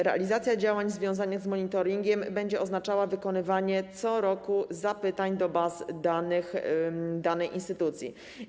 Realizacja działań związanych z monitoringiem będzie oznaczała wykonywanie co roku zapytań do baz danych danej instytucji.